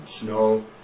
snow